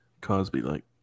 Cosby-like